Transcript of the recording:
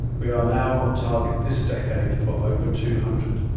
we are now on target this decade for over two hundred,